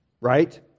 Right